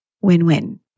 Win-win